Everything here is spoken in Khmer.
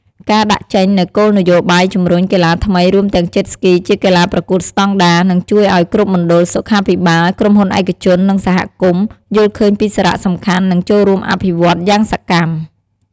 ការដាក់ចេញនូវគោលនយោបាយជំរុញកីឡាថ្មី រួមទាំង Jet Ski ជាកីឡាប្រកួតស្ដង់ដារ នឹងជួយឱ្យគ្រប់មណ្ឌលសុខាភិបាល ក្រុមហ៊ុនឯកជន និងសហគមន៍ យល់ឃើញពីសារៈសំខាន់ និងចូលរួមអភិវឌ្ឍន៍យ៉ាងសកម្ម។